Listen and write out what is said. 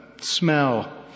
smell